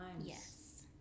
Yes